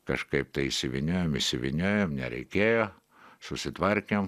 kažkaip tai išsivyniojom išsivyniojom nereikėjo susitvarkėm